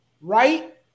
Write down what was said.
right